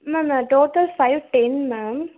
ma'am நான் total five ten ma'am